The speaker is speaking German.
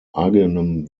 eigenem